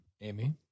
Amy